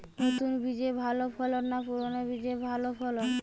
নতুন বীজে ভালো ফলন না পুরানো বীজে ভালো ফলন?